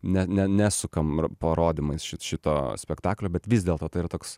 ne ne nesukam parodymais ši to spektaklio bet vis dėlto tai yra toks